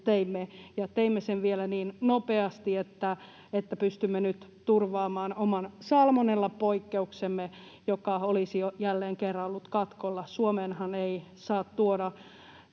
teimme sen vielä niin nopeasti, että pystymme nyt turvaamaan oman salmonellapoikkeuksemme, joka olisi jo jälleen kerran ollut katkolla. Suomeenhan ei saa tuoda